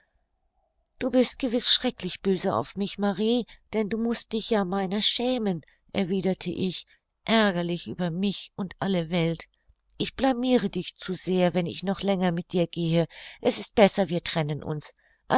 du bist gewiß schrecklich böse auf mich marie denn du mußt dich ja meiner schämen erwiderte ich ärgerlich über mich und alle welt ich blamire dich zu sehr wenn ich noch länger mit dir gehe es ist besser wir trennen uns